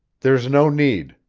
there's no need,